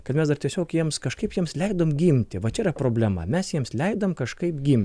kad mes dar tiesiog jiems kažkaip jiems leidom gimti va čia yra problema mes jiems leidom kažkaip gimt